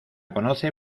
conoce